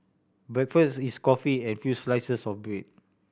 breakfast is coffee and few slices of bread